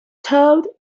toad